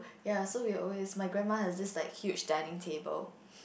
ya so we will always my grandma has this like huge dining table